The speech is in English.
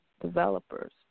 developers